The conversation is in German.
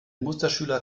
musterschüler